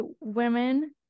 women